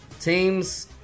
teams